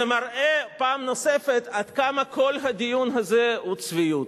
זה מראה פעם נוספת עד כמה כל הדיון הזה הוא צביעות.